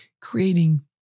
creating